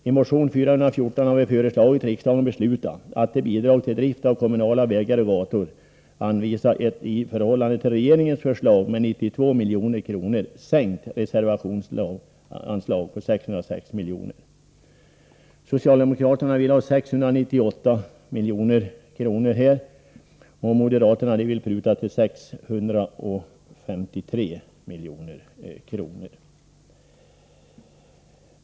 I motion 414 har vi föreslagit riksdagen besluta att till Bidrag till drift av kommunala vägar och gator anvisa ett i förhållande till regeringens förslag med 92 milj.kr. sänkt reservationsanslag på 606 milj.kr. Socialdemokraterna vill ha 698 milj.kr., och moderaterna vill pruta till 653 milj.kr.